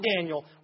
Daniel